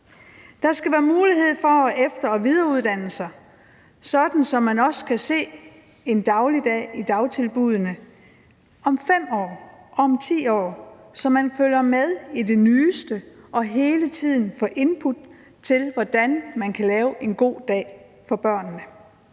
Der skal være mulighed for at efter- og videreuddanne sig, sådan at man også kan se en dagligdag i dagtilbuddene om 5 år, om 10 år, så man følger med i det nyeste og hele tiden får input til, hvordan man kan lave en god dag for børnene;